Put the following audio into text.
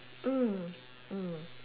mm mm